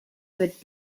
with